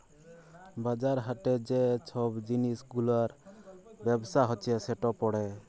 বাজার ঘাটে যে ছব জিলিস গুলার ব্যবসা হছে সেট পড়ে